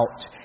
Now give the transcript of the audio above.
out